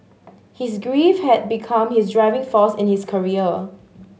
his grief had become his driving force in his career